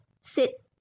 sit